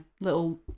little